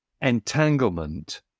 entanglement